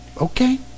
okay